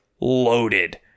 loaded